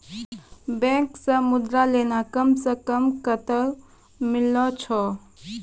Bank से Mudra loan कम सऽ कम कतैय मिलैय छै?